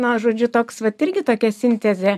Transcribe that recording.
na žodžiu toks vat irgi tokia sintezė